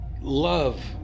love